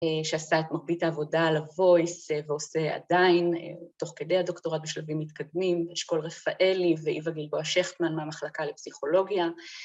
שעשה את מרבית העבודה על ה-voice, ועושה עדיין, תוך כדי הדוקטורט בשלבים מתקדמים, אשכול רפאלי ואיוון גלבוע שכטמן מהמחלקה לפסיכולוגיה